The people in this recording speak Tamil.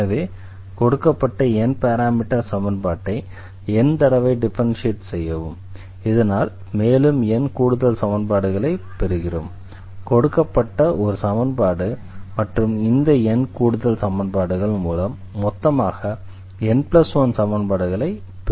எனவே கொடுக்கப்பட்ட n பாராமீட்டர் சமன்பாட்டை n தடவை டிஃபரன்ஷியேட் செய்யவும் இதனால் மேலும் n கூடுதல் சமன்பாடுகளைப் பெறுகிறோம் கொடுக்கப்பட்ட ஒரு சமன்பாடு மற்றும் இந்த n கூடுதல் சமன்பாடுகள் மூலம் மொத்தமாக n1 சமன்பாடுகளைப் பெறுகிறோம்